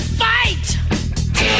fight